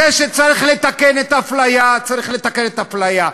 זה שצריך לתקן את האפליה, צריך לתקן את האפליה.